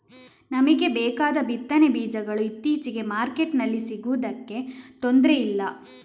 ನಮಿಗೆ ಬೇಕಾದ ಬಿತ್ತನೆ ಬೀಜಗಳು ಇತ್ತೀಚೆಗೆ ಮಾರ್ಕೆಟಿನಲ್ಲಿ ಸಿಗುದಕ್ಕೆ ತೊಂದ್ರೆ ಇಲ್ಲ